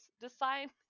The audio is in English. design